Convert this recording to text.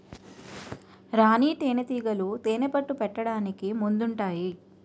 రాణీ తేనేటీగలు తేనెపట్టు పెట్టడానికి ముందుంటాయి